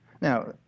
Now